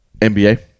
NBA